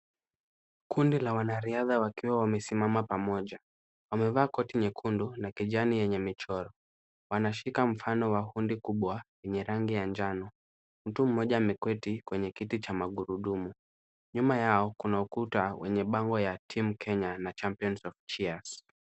Kundi la wanariadha wakiwa wamesimama pamoja. Wamevaa koti jekundu na kijani yenye michoro. Wanashika mfano wa hundi kubwa lenye rangi ya njano. Mtu mmoja ameketi kwenye kiti cha magurudumu. Nyuma yao kuna ukuta wenye bango ya team Kenya na champions of cheers .